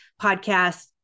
podcast